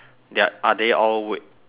they're are they all w~